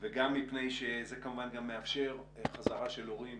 וגם מפני שזה כמובן מאפשר חזרה של הורים